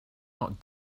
not